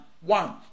one